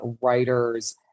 writers